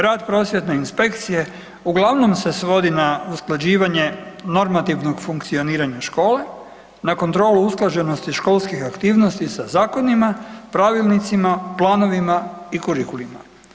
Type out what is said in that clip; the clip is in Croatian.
Rad prosvjetne inspekcije uglavnom se svodi na usklađivanje normativnog funkcioniranja škole, na kontrolu usklađenosti školskih aktivnosti sa zakonima, pravilnicima, planovima i kurikulima.